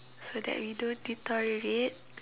so that we don't deteriorate